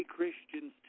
Christians